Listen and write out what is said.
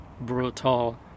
brutal